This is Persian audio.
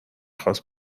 خواست